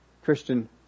Christian